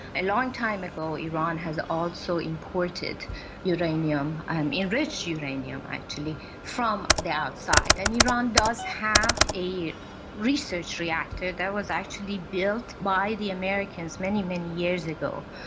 a long time ago iran has also imported uranium and enriched uranium actually from the outside, and iran does have a research reactor that was actually built by the americans many, many years ago.